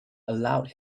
allowed